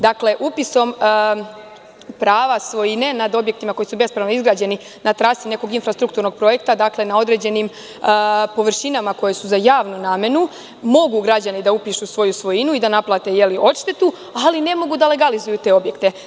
Dakle, upisom prava svojine nad objektima koji su bespravno izgrađeni na trasi nekog infrastrukturnog projekta, dakle, na određenim površinama koje su za javnu namenu, mogu građani da upišu svoju svojinu i da naplate odštetu, ali ne mogu da legalizuju te objekte.